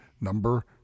number